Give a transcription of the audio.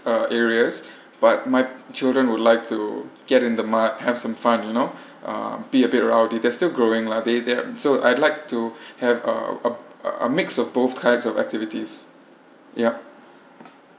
uh areas but my children would like to get in the mud have some fun you know uh be a bit around they're still growing lah they they're so I'd like to have a uh a mix of both kinds of activities yup